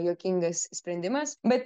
juokingas sprendimas bet